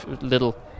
little